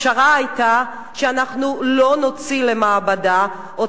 הפשרה היתה שאנחנו לא נוציא למעבדה את